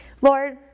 Lord